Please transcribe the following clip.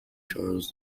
charles